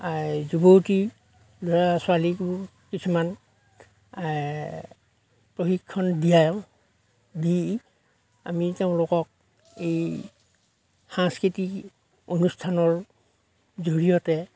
এই যুৱতী ল'ৰা ছোৱালীক কিছুমান প্ৰশিক্ষণ দিয়াওঁ দি আমি তেওঁলোকক এই সাংস্কৃতিক অনুষ্ঠানৰ জৰিয়তে